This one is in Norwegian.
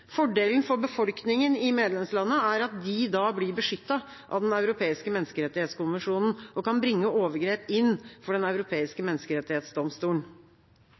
Fordelen for befolkninga i medlemslandene er at de blir beskyttet av Den europeiske menneskerettighetskonvensjonen og kan bringe overgrep inn for Den europeiske menneskerettighetsdomstolen.